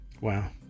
Wow